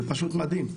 זה פשוט מדהים.